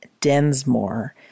Densmore